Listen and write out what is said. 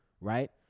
Right